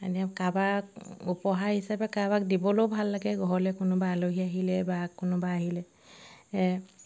এনে কাৰোবাক উপহাৰ হিচাপে কাৰোবাক দিবলৈও ভাল লাগে ঘৰলৈ কোনোবা আলহী আহিলে বা কোনোবা আহিলে এ